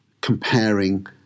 comparing